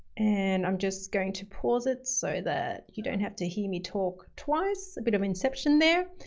and i'm just going to pause it so that you don't have to hear me talk twice, a bit of inception there.